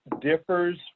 differs